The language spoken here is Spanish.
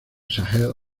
sahel